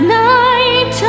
night